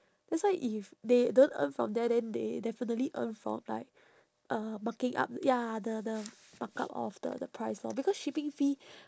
that's why if they don't earn from there then they definitely earn from like uh marking up ya the the markup of the the price lor because shipping fee